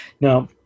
Now